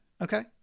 Okay